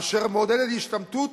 אשר מעודדת השתמטות